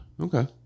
Okay